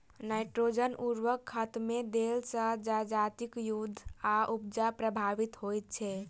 nitrogen उर्वरक खेतमे देला सॅ जजातिक वृद्धि आ उपजा प्रभावित होइत छै